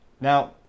Now